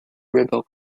rebel